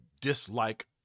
dislike